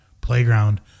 playground